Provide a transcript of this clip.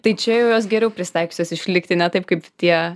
tai čia jau jos geriau prisitaikiusios išlikti ne taip kaip tie